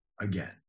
again